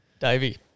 Davey